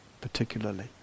particularly